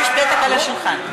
יש פתק על השולחן.